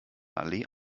allee